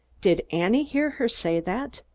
did annie hear her say that?